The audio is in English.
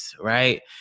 right